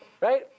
right